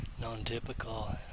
non-typical